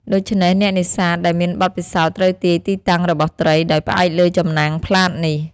ដូច្នេះ អ្នកនេសាទដែលមានបទពិសោធន៍ត្រូវទាយទីតាំងរបស់ត្រីដោយផ្អែកលើចំណាំងផ្លាតនេះ។